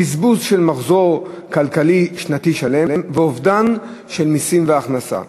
בזבוז של מחזור כלכלי שנתי שלם ואובדן של מסים והכנסה.